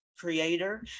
Creator